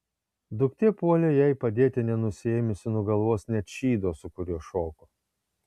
duktė puolė jai padėti nenusiėmusi nuo galvos net šydo su kuriuo šoko